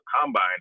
combine